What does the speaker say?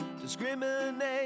discriminate